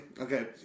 Okay